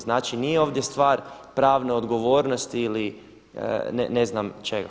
Znači nije ovdje stvar pravne odgovornosti ili ne znam čega.